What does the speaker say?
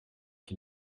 qui